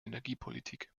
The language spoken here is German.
energiepolitik